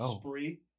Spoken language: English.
Spree